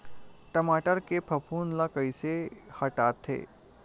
टमाटर के फफूंद ल कइसे हटाथे?